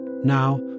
Now